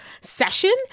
session